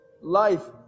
life